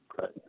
right